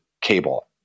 cable